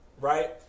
right